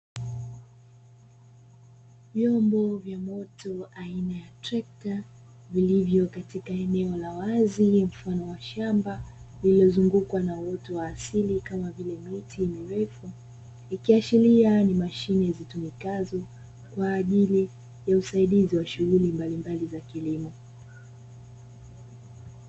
Vyombo vya moto aina ya trekta vilivyo katika eneo la wazi mfano wa shamba lililozungukwa na uoto wa asili kama vile miti mirefu ikiashiria ni mashine zitumikazo kwa ajili ya usaidizi wa shughuli mbalimbali za kilimo.